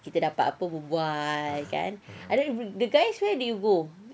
kita dapat apa berbual kan abeh apa the guys where did you go